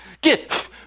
get